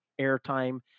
airtime